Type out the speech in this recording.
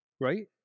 Right